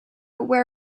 where